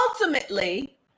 ultimately